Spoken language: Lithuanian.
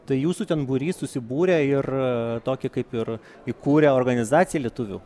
tai jūsų ten būrys susibūrė ir tokį kaip ir įkūrė organizaciją lietuvių